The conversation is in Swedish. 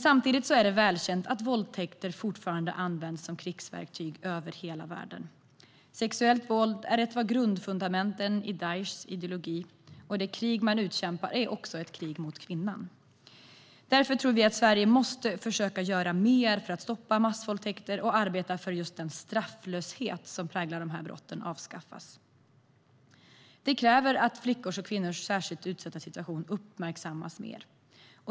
Samtidigt är det välkänt att våldtäkter fortfarande används som krigsverktyg över hela världen. Sexuellt våld är ett av grundfundamenten i Daishs ideologi, och det krig man utkämpar är också ett krig mot kvinnan. Därför tror vi att Sverige måste försöka göra mer för att stoppa massvåldtäkter och arbeta för att den strafflöshet som präglar de här brotten avskaffas. Det kräver att flickors och kvinnors särskilt utsatta situation uppmärksammas mer.